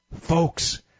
Folks